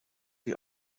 die